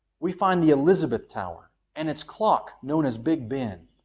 we find the elizabeth tower and its clock known as big ben,